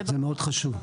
זה מאוד חשוב.